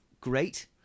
Great